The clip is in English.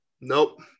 Nope